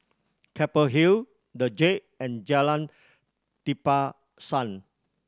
Keppel Hill The Jade and Jalan Tapisan